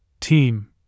team